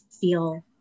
feel